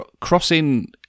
crossing